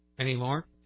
anymore